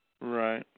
Right